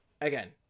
again